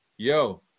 Yo